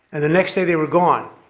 and the next day they were gone,